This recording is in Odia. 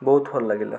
ବହୁତ ଭଲ ଲାଗିଲା